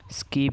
skip